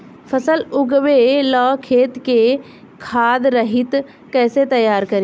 फसल उगवे ला खेत के खाद रहित कैसे तैयार करी?